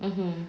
mmhmm